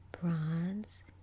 bronze